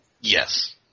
Yes